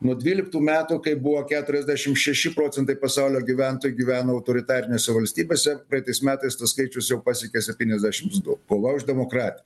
nuo dvyliktų metų kai buvo keturiasdešim šeši procentai pasaulio gyventojų gyveno autoritarinėse valstybėse praeitais metais tas skaičius jau pasiekė septyniasdešims du kova už demokratiją